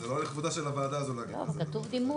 זה לא לכבודה של הוועדה הזו להגיד כזה דבר.